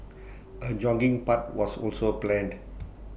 A jogging path was also planned